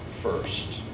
first